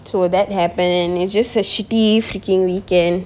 so that happen and it's just a shitty freaking weekend